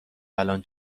الان